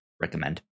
recommend